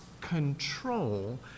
control